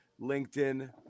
LinkedIn